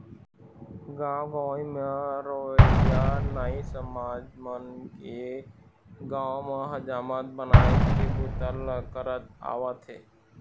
गाँव गंवई म रहवइया नाई समाज मन के गाँव म हजामत बनाए के बूता ल करत आवत हे